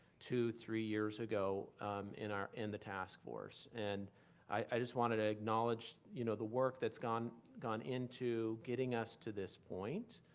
two, three years ago in our, in the taskforce. and i just wanted to ah acknowledge you know the work that's gone gone into getting us to this point,